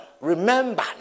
Remember